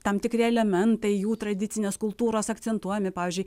tam tikri elementai jų tradicinės kultūros akcentuojami pavyzdžiui